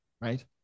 right